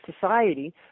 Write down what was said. society